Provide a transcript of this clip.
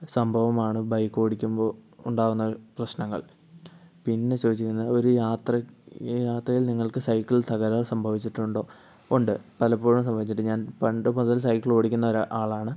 സംഭവമാണ് ബൈക്ക് ഓടിക്കുമ്പോൾ ഉണ്ടാകുന്ന പ്രശ്നങ്ങൾ പിന്നെ ചോദിച്ചിരുന്ന ഒരു യാത്രയിൽ ഒരു യാത്രയിൽ നിങ്ങൾക്ക് സൈക്കിൾ തകരാർ സംഭവിച്ചിട്ടുണ്ടോ ഉണ്ട് പലപ്പോഴും സംഭവിച്ചിട്ട് ഞാൻ പണ്ട് മുതൽ സൈക്കിൾ ഓടിക്കുന്ന ഒരു ആളാണ്